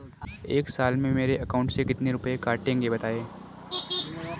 एक साल में मेरे अकाउंट से कितने रुपये कटेंगे बताएँ?